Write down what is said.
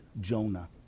Jonah